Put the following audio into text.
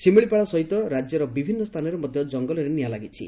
ଶିମିଳିପାଳ ସହିତ ରାଜ୍ୟର ବିଭିନ୍ନ ସ୍ଥାନରେ ମଧ୍ଧ ଜଙ୍ଗଲରେ ନିଆଁ ଲାଗିଛି